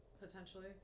potentially